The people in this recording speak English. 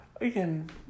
Again